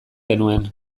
genuen